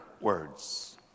words